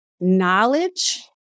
knowledge